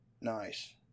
Nice